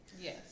Yes